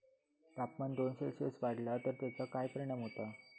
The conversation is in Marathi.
तापमान दोन सेल्सिअस वाढला तर तेचो काय परिणाम होता?